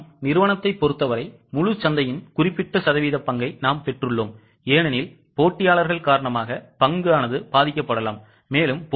நம் நிறுவனத்தைப் பொறுத்தவரை முழு சந்தையின் குறிப்பிட்ட சதவீத பங்கை நாம் பெற்றுள்ளோம் ஏனெனில் போட்டியாளர்கள் காரணமாக பங்கு பாதிக்கப்படலாம்